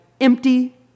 empty